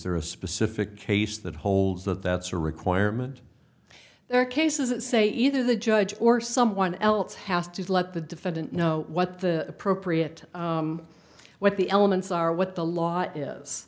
there a specific case that holds that that's a requirement there are cases that say either the judge or someone else has to let the defendant know what the appropriate what the elements are what the law is